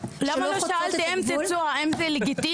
למה לא שאלתי את "אם תרצו" אם זה לגיטימי?